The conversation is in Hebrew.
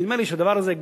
ונדמה לי שלדבר הזה,